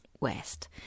west